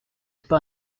pas